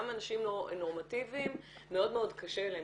גם אנשים נורמטיביים מאוד קשה להם.